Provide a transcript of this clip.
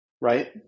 right